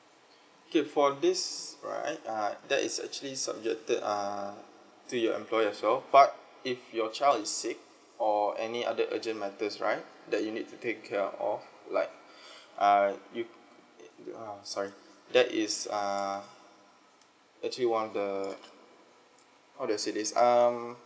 okay for this right uh that is actually subjected err to your employer as well but if your child is sick or any other urgent matters right that you need to take care of like err you it you are sorry that is err actually one of the how do I say this um